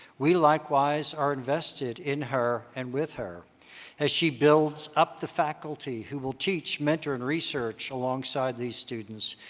we likewise are invested in her and with her as she builds up the faculty who will teach mentor and research alongside these students.